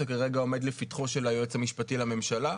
זה כרגע עומד לפתחו של היועץ המשפטי לממשלה,